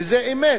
וזה אמת.